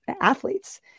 athletes